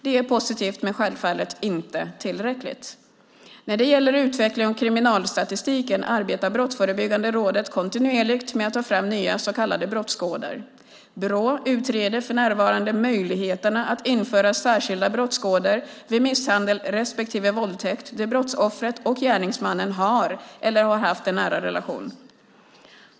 Det är positivt men självfallet inte tillräckligt. När det gäller utveckling av kriminalstatistiken arbetar Brottsförebyggande rådet kontinuerligt med att ta fram nya så kallade brottskoder. Brå utreder för närvarande möjligheterna att införa särskilda brottskoder vid misshandel respektive våldtäkt där brottsoffret och gärningsmannen har eller har haft en nära relation.